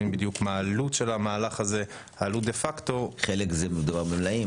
בדיוק מה העלות של המהלך הזה --- בחלק מדובר במלאים,